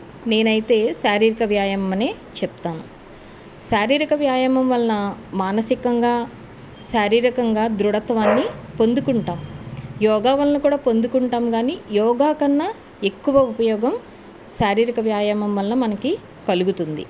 నేను అయితే శారీరక వ్యాయమం అని చెప్తాను శారీరక వ్యాయామం వలన మానసికంగా శారీరకంగా దృఢత్వాన్ని పొందుకుంటాం యోగా వలన కూడా పొందుకుంటాం కానీ యోగా కన్నా ఎక్కువ ఉపయోగం శారీరక వ్యాయామం వలన మనకు కలుగుతుంది